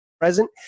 present